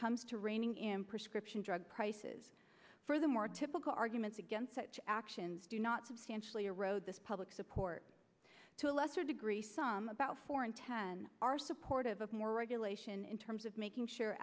comes to reining in prescription drug prices for the more typical arguments against such action do not substantially erode this public support to a lesser degree some about four in ten are supportive of more regulation in terms of making sure